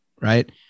right